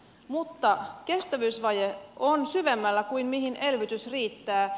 mutta kestävyysvaje on syvemmällä kuin mihin elvytys riittää